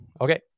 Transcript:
okay